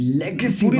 legacy